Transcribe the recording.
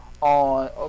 on